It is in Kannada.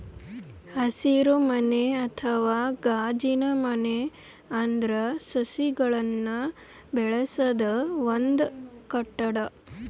ಹಸಿರುಮನೆ ಅಥವಾ ಗಾಜಿನಮನೆ ಅಂದ್ರ ಸಸಿಗಳನ್ನ್ ಬೆಳಸದ್ ಒಂದ್ ಕಟ್ಟಡ